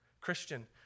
Christian